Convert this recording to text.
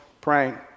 praying